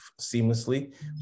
seamlessly